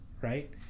right